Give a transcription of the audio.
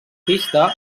pista